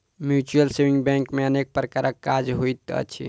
mutual saving bank मे अनेक प्रकारक काज होइत अछि